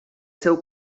seu